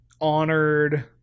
honored